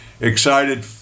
excited